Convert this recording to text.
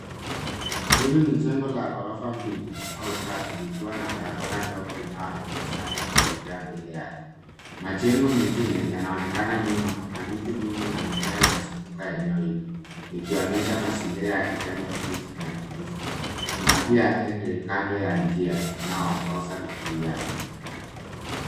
Hili ni jengo la ghorofa mbili au tatu likiwa na barabara ndogo inayoongoza kuelekea mbele yake. Majengo mengine yanaonekana nyuma na miti mingi na mimea inazunguka eneo hilo ikionyesha mazingira ya kijani kibichi na tulivu. Kuna pia endrail kando ya njia inayoongeza juu yake.